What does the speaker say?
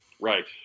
Right